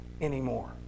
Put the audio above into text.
anymore